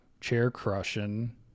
chair-crushing